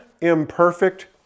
imperfect